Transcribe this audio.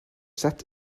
set